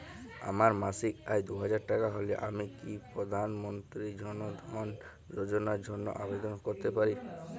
আমার মাসিক আয় দুহাজার টাকা হলে আমি কি প্রধান মন্ত্রী জন ধন যোজনার জন্য আবেদন করতে পারি?